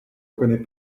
reconnais